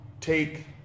take